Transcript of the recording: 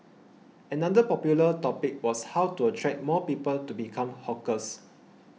another popular topic was how to attract more people to become hawkers